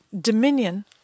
dominion